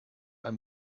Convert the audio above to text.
ein